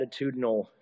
attitudinal